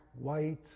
white